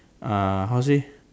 uh how to say